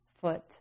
foot